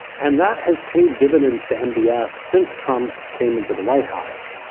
and that has paid dividends to m b a since trump came into the white house,